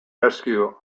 rescue